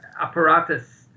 apparatus